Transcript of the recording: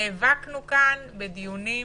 נאבקנו כאן בדיונים